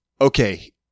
okay